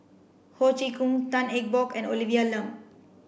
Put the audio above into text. Ho Chee Kong Tan Eng Bock and Olivia Lum